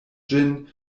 ĝin